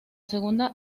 segunda